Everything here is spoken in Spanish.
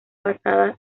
basada